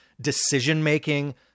decision-making